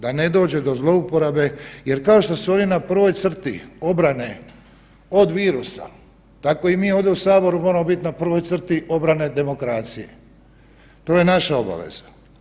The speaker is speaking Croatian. Da ne dođe do zlouporabe jer kao što su oni na prvoj crti obrane od virusa, tako i mi ovdje u saboru moramo biti na prvoj crti obrane demokracije, to je naša obaveza.